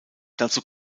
dazu